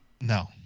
No